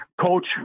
coach